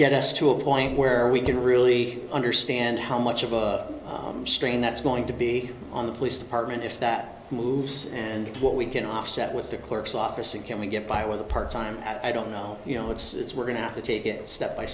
get us to a point where we can really understand how much of a strain that's going to be on the police department if that moves and what we can offset with the clerk's office and can we get by with a part time i don't know you know it's we're going to have to take it step by